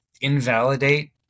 invalidate